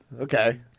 Okay